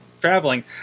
traveling